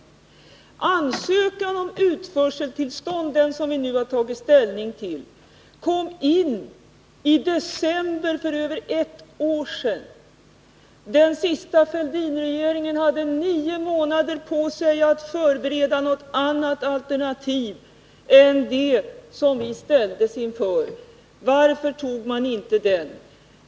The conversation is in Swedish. Den ansökan om utförseltillstånd som vi nu tagit ställning till kom in i december för över ett år sedan. Den senaste Fälldinregeringen hade nio månader på sig att förbereda något annat alternativ än det som vi ställdes inför. Varför tog man inte den möjligheten?